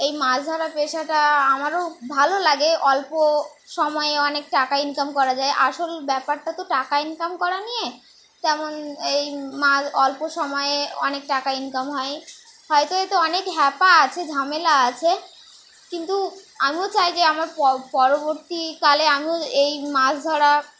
এই মাছ ধরার পেশাটা আমারও ভালো লাগে অল্প সময়ে অনেক টাকা ইনকাম করা যায় আসল ব্যাপারটা তো টাকা ইনকাম করা নিয়ে তেমন এই মা অল্প সময়ে অনেক টাকা ইনকাম হয় হয়তো এ তো অনেক হ্যাপা আছে ঝামেলা আছে কিন্তু আমিও চাই যে আমার পরবর্তীকালে আমিও এই মাছ ধরা